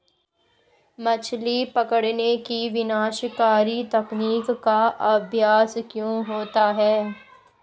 मछली पकड़ने की विनाशकारी तकनीक का अभ्यास क्यों होता है?